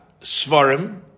svarim